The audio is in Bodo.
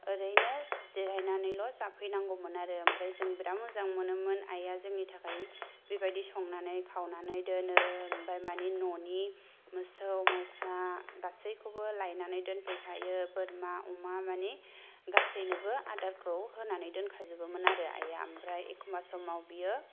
ओरैनो जेरायनानैल' जाफैनांगौमोन आरो ओमफ्राय जों बेराद मोजां मोनोमोन आइआ जोंनि थाखाय बेबायदि संनानै खावनानै दोनो आमफ्राय मानि न'नि मोसौ मोसा गसैखौबो लायनानै दोनफैखायो बोरमा अमा मानि गासैनोबो आदारखौ होनानै दोनखाजोबोमोन आरो आइआ ओमफ्राय एखमबा समाव बियो